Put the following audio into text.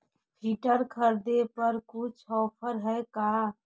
Filter खरिदे पर कुछ औफर है का?